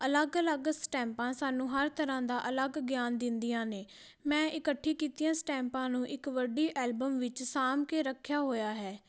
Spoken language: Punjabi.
ਅਲੱਗ ਅਲੱਗ ਸਟੈਂਪਾਂ ਸਾਨੂੰ ਹਰ ਤਰ੍ਹਾਂ ਦਾ ਅਲੱਗ ਗਿਆਨ ਦਿੰਦੀਆਂ ਨੇ ਮੈਂ ਇਕੱਠੀ ਕੀਤੀਆਂ ਸਟੈਂਪਾਂ ਨੂੰ ਇੱਕ ਵੱਡੀ ਐਲਬਮ ਵਿੱਚ ਸਾਂਭ ਕੇ ਰੱਖਿਆ ਹੋਇਆ ਹੈ